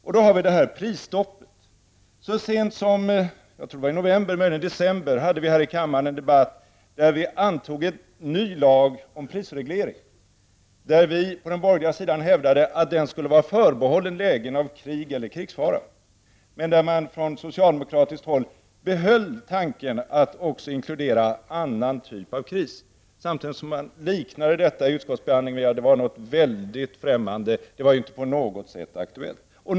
Beträffande prisstoppet hade vi så sent som i november, december en debatt här i kammaren då vi antog en ny lag om prisreglering. Från den borgerliga sidan hävdade vi att prisreglering skulle vara förbehållet lägen av krig eller krigsfara. Från socialdemokratiskt håll behöll man tanken att inkludera också en annan typ av kris. Vid utskottsbehandlingen förutsattes att prisstopp var någonting väldigt främmande och inte på något sätt aktuellt. Nu är vi där.